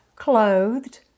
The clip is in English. clothed